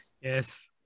Yes